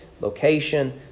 location